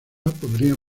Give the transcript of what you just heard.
podrían